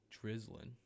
drizzling